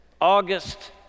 August